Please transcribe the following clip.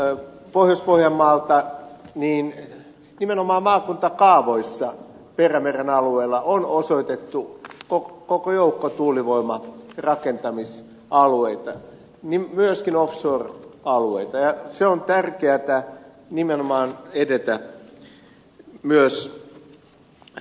pulliainen pohjois pohjanmaalta että nimenomaan maakuntakaavoissa perämeren alueella on osoitettu koko joukko tuulivoiman rakentamisalueita myöskin offshore alueita ja on tärkeätä nimenomaan edetä myös maakuntakaavatasolla